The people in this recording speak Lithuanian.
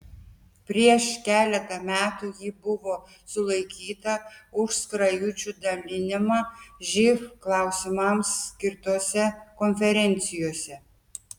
prieš keletą metų ji buvo sulaikyta už skrajučių dalinimą živ klausimams skirtose konferencijose